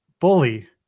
Bully